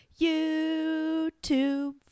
YouTube